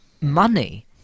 money